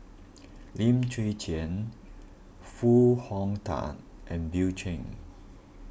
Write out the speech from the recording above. Lim Chwee Chian Foo Hong Tatt and Bill Chen